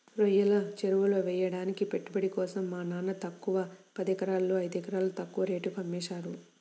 రొయ్యల చెరువులెయ్యడానికి పెట్టుబడి కోసం మా నాన్న తనకున్న పదెకరాల్లో ఐదెకరాలు తక్కువ రేటుకే అమ్మేశారు